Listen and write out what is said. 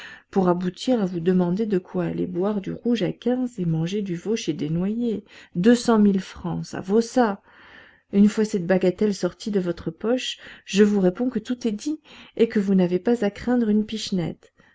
pour aboutir à vous demander de quoi aller boire du rouge à quinze et manger du veau chez desnoyers deux cent mille francs ça vaut ça une fois cette bagatelle sortie de votre poche je vous réponds que tout est dit et que vous n'avez pas à craindre une pichenette